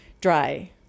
dry